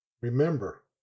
remember